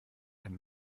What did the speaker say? ein